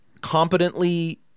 competently –